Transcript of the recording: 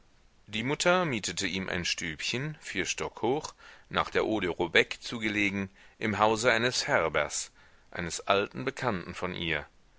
die mutter mietete ihm ein stübchen vier stock hoch nach der eau de robec zu gelegen im hause eines färbers eines alten bekannten von ihr